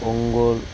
Ongole